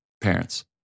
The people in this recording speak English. parents